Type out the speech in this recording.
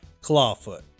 Clawfoot